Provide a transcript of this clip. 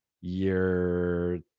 year